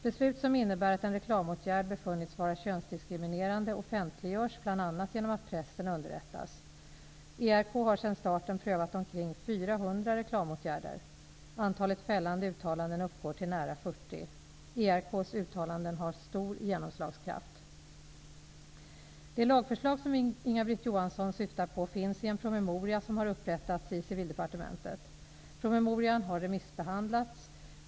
Beslut som innebär att en reklamåtgärd befunnits vara könsdiskriminerande offentliggörs bl.a. genom att pressen underrättas. ERK har sedan starten prövat omkring 400 reklamåtgärder. Antalet fällande uttalanden uppgår till nära 40. ERK:s uttalanden har stor genomslagskraft. Det lagförslag som Inga-Britt Johansson syftar på finns i en promemoria som har upprättats i Civildepartementet. Promemorian har remissbehandlats.